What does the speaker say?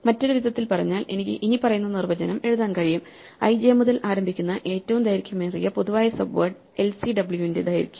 മറ്റൊരു വിധത്തിൽ പറഞ്ഞാൽ എനിക്ക് ഇനിപ്പറയുന്ന നിർവ്വചനം എഴുതാൻ കഴിയും i j മുതൽ ആരംഭിക്കുന്ന ഏറ്റവും ദൈർഘ്യമേറിയ പൊതുവായ സബ്വേഡ് lcw ന്റെ ദൈർഘ്യം